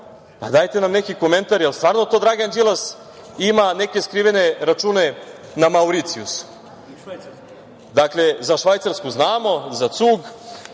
pa dajte nam neki komentar, jel stvarno to Dragan Đilas ima neke skrivene račune na Mauricijusu? Dakle, za Švajcarsku znamo, za Cug,